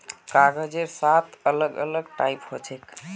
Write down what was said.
कागजेर सात अलग अलग टाइप हछेक